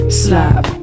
slap